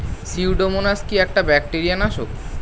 Pseudomonas কি একটা bacteria নাশক?